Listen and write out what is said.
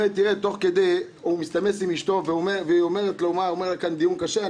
תוך כדי הוא מסתמס עם אשתו והיא אומרת לו: מה?